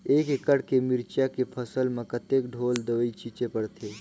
एक एकड़ के मिरचा के फसल म कतेक ढोल दवई छीचे पड़थे?